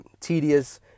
tedious